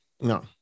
no